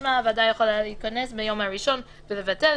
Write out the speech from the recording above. משמע הוועדה יכולה להתכנס ביום הראשון ולבטל.